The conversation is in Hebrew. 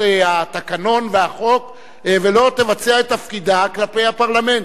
התקנון והחוק ולא תבצע את תפקידה כלפי הפרלמנט,